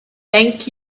thank